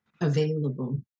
Available